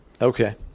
Okay